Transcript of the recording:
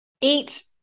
eat